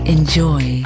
Enjoy